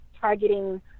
targeting